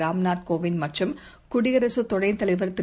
ராம்நாத் கோவிந்த் மற்றும் குடியரசுத் துணைத் தலைவர் திரு